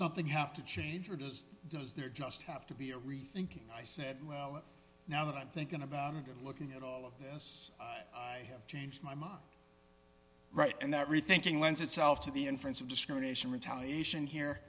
something have to change or does does there just have to be a rethinking i said well now that i'm thinking about a good looking at all of this i have changed my mind right and that rethinking lends itself to the inference of discrimination retaliation here